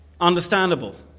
understandable